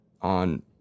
on